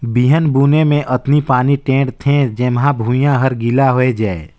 बिहन बुने मे अतनी पानी टेंड़ थें जेम्हा भुइयां हर गिला होए जाये